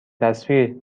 تصویر